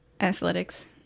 athletics